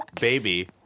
Baby